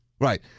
Right